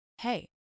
Hey